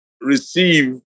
receive